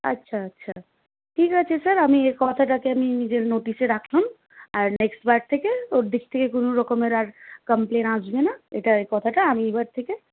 আচ্ছা আচ্ছা ঠিক আছে স্যার আমি এ কথাটাকে আমি নিজের নোটিশে রাখলাম আর নেক্সট বার থেকে ওর দিক থেকে কোনো রকমের আর কমপ্লেন আসবে না এটা এ কথাটা আমি এবার থেকে